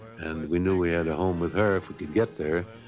and we knew we had a home with her if we could get there.